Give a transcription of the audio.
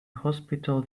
hospital